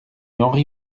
henri